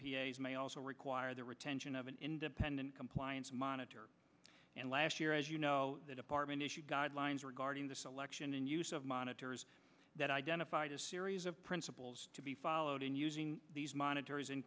cases also require the retention of an independent compliance monitor and last year as you know the department issued guidelines regarding the selection and use of monitors that identified a series of principles to be followed in using these monitors in